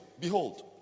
Behold